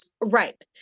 Right